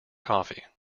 coffee